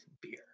beer